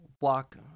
walk